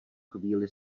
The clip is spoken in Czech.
chvíli